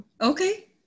Okay